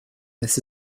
this